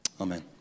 Amen